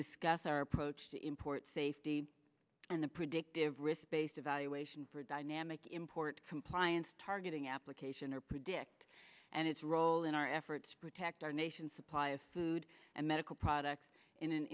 discuss our approach to import safety and the predictive risk based evaluation for a dynamic import compliance targeting application or predict and its role in our efforts to protect our nation's supply of food and medical products in an